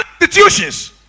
institutions